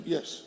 Yes